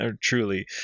truly